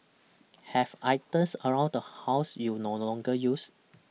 have items around the house you no longer use